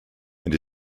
and